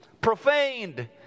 profaned